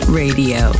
radio